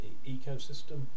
ecosystem